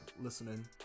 listening